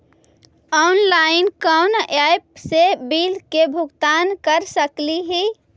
Online कोन app से bill के भुगतान कर सकली ही?